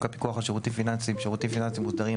הפיקוח על שירותים פיננסיים (שירותים פיננסיים מוסרים),